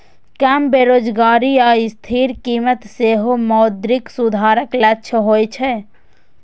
कम बेरोजगारी आ स्थिर कीमत सेहो मौद्रिक सुधारक लक्ष्य होइ छै